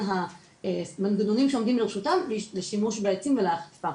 המנגנונים שעומדים לרשותם לשימוש בעצים ולאכיפה,